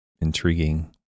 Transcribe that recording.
intriguing